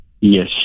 Yes